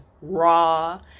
raw